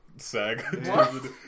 Sag